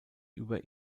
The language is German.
über